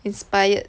inspired